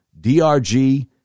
DRG